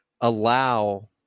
allow